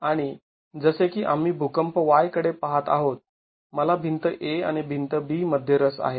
आणि जसे की आम्ही भूकंप Y कडे पाहत आहोत मला भिंत A आणि भिंत B मध्ये रस आहे